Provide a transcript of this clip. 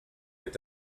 est